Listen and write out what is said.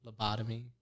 lobotomy